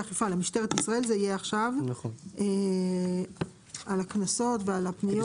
למשטרת ישראל על הקנסות ועל הפניות.